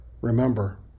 remember